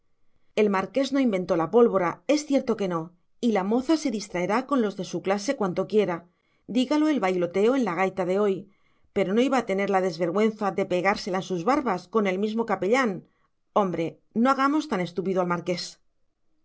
el marqués no inventó la pólvora es cierto que no y la moza se distraerá con los de su clase cuanto quiera dígalo el bailoteo en la gaita de hoy pero no iba a tener la desvergüenza de pegársela en sus barbas con el mismo capellán hombre no hagamos tan estúpido al marqués